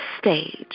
stage